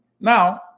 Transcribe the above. Now